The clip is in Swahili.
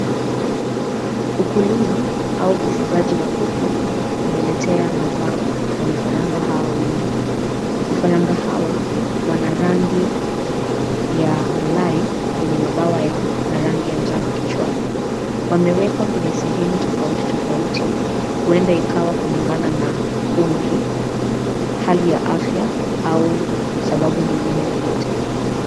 Ukulima au ufugaji wa kuku, umeletea mazao ya vifaranga hawa wengi. Vifaranga hawa wana rangi ya malai kwenye mabawa yao na rangi ya njano kichwani. Wamewekwa kwenye sehemu tofauti tofauti, huenda ikawa kulingana na umri, hali ya afya au sababu nyingine yoyote.